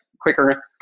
quicker